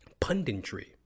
Punditry